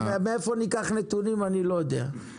מאיפה ניקח נתונים אני לא יודע,